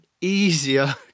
easier